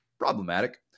problematic